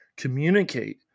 communicate